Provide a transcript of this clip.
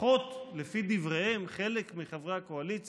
לפחות לפי דבריהם של חלק מחברי הקואליציה,